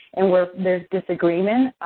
and where there's disagreement,